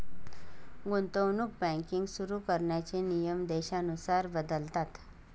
गुंतवणूक बँकिंग सुरु करण्याचे नियम देशानुसार बदलतात